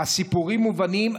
הסיפורים מובנים,